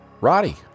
Roddy